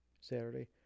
Saturday